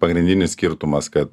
pagrindinis skirtumas kad